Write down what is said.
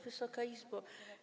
Wysoka Izbo!